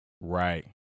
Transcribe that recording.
Right